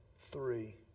Three